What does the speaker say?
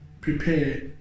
prepare